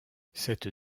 cette